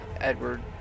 Edward